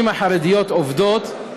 שהנשים החרדיות עובדות,